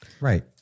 Right